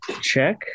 Check